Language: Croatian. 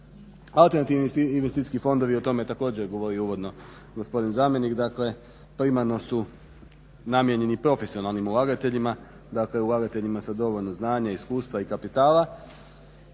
Alternativni investicijski fondovi o tome je također govorio uvodno gospodin zamjenik dakle primarno su namijenjeni profesionalnim ulagateljima dakle ulagateljima sa dovoljno znanja, iskustva i kapitala